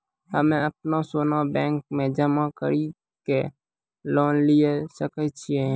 हम्मय अपनो सोना बैंक मे जमा कड़ी के लोन लिये सकय छियै?